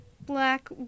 black